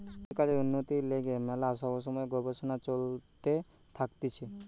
কৃষিকাজের উন্নতির লিগে ম্যালা সব সময় গবেষণা চলতে থাকতিছে